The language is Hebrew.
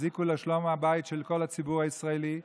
יזיקו לשלום הבית של כל הציבור הישראלי,